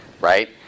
right